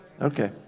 Okay